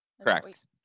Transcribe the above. Correct